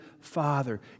Father